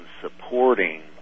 supporting